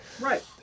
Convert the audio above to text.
Right